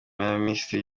y‟abaminisitiri